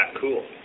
cool